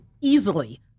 easily